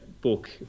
book